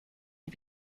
you